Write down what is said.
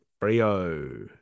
Brio